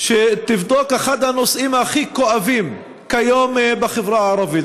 שתבדוק את אחד הנושאים הכי כואבים כיום בחברה הערבית,